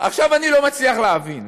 עכשיו, אני לא מצליח להבין,